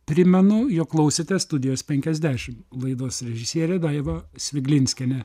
primenu jog klausėte studijos penkiasdešim laidos režisierė daiva sviglinskienė